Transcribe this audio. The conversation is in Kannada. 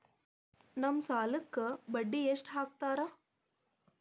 ನಮ್ ಸಾಲಕ್ ಬಡ್ಡಿ ಎಷ್ಟು ಹಾಕ್ತಾರ?